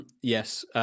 Yes